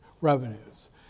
revenues